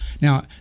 now